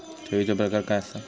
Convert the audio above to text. ठेवीचो प्रकार काय असा?